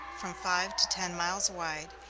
from five to ten miles wide,